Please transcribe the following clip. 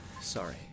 sorry